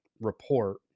report